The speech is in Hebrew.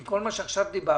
עם כל מה שעכשיו דיברתם,